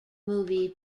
movie